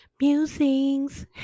Musings